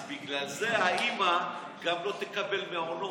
אז בגלל זה האימא גם לא תקבל מעונות,